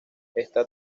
está